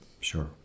Sure